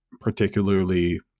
particularly